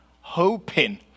hoping